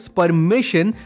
permission